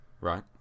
right